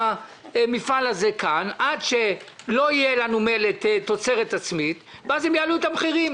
המפעל הזה כאן עד שלא יהיה לנו מלט תוצרת עצמית ואז הם יעלו את המחירים.